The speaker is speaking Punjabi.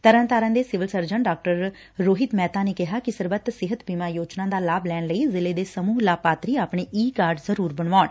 ਤਰਨਤਾਰਨ ਦੇ ਸਿਵਲ ਸਰਜਨ ਡਾ ਰੋਹਿਤ ਮਹਿਤਾ ਨੇ ਕਿਹਾ ਕਿ ਸਰਬਤ ਸਿਹਤ ਬੀਮਾ ਯੋਜਨਾ ਦਾ ਲਾਭ ਲੈਣ ਲਈ ਜ਼ਿਲੇ ਦੇ ਸਮੁਹ ਲਾਭਪਾਤਰੀ ਆਪਣੇ ਈ ਕਾਰਡ ਜਰੁਰ ਬਣਾਉਣ